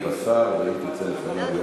לאחר מכן יגיב השר, ואם תרצה, לפניו יו"ר הוועדה.